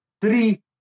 three